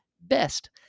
best